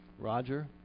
Roger